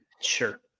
Sure